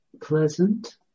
pleasant